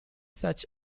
such